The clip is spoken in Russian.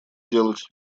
делать